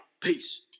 Peace